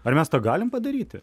ar mes tą galim padaryti